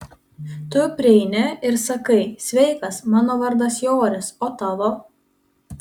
tu prieini ir sakai sveikas mano vardas joris o tavo